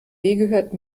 gehört